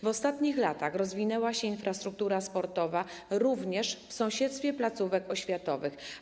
W ostatnich latach rozwinęła się infrastruktura sportowa również w sąsiedztwie placówek oświatowych.